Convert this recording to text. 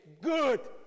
good